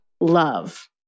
love